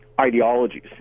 ideologies